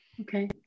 Okay